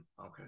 Okay